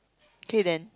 okay then